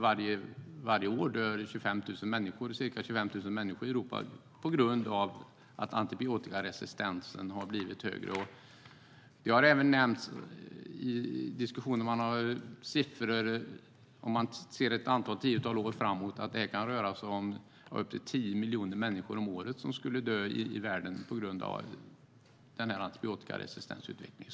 Varje år dör ca 25 000 människor i Europa på grund av att antibiotikaresistensen blivit högre. I diskussionen har nämnts, om vi ser ett antal årtionden framåt, att varje år kan upp till 10 miljoner människor i världen dö på grund av antibiotikaresistensutvecklingen.